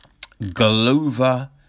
Golova